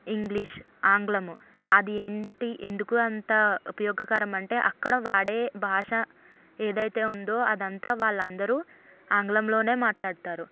English ఆంగ్లము అది ఏంటి ఎందుకు అంత ఉపయోగకరం అంటే అక్కడ వాడే భాష ఏదైతే ఉందో అదంతా వాళ్ళందరూ ఆంగ్లంలోనే మాట్లాడుతారు